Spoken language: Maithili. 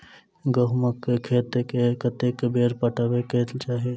गहुंमक खेत केँ कतेक बेर पटेबाक चाहि?